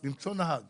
למצוא נהג